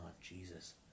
Jesus